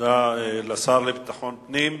תודה לשר לביטחון הפנים.